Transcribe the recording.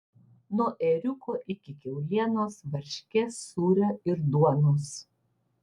nuo ėriuko iki kiaulienos varškės sūrio ir duonos